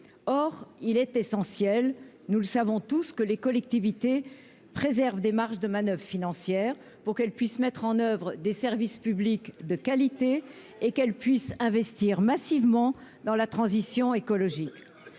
or il est essentiel, nous le savons tous que les collectivités préserve des marges de manoeuvres financières pour qu'elle puisse mettre en oeuvre des services publics de qualité et qu'elle puisse investir massivement dans la transition écologique,